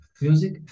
music